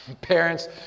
Parents